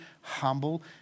humble